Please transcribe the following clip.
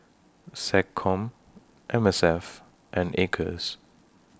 Seccom M S F and Acres